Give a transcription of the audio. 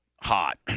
Hot